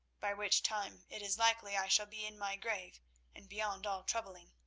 by which time it is likely i shall be in my grave and beyond all troubling.